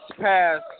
pass